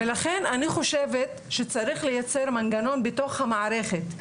לכן אני חושבת שצריך לייצר מנגנון בתוך המערכת,